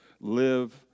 live